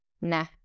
Nah